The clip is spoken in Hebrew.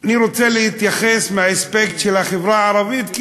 אני רוצה להתייחס מהאספקט של החברה הערבית,